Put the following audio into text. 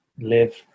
live